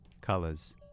colors